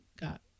got